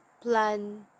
plan